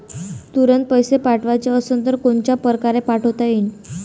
तुरंत पैसे पाठवाचे असन तर कोनच्या परकारे पाठोता येईन?